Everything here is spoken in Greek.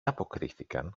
αποκρίθηκαν